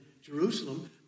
Jerusalem